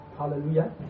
Hallelujah